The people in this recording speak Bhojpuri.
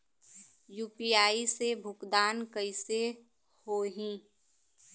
यू.पी.आई से भुगतान कइसे होहीं?